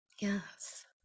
Yes